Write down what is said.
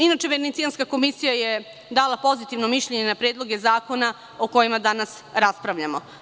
Inače, Venecijanska komisija je dala pozitivno mišljenje na predloge zakona o kojima danas raspravljamo.